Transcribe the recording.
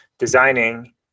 Designing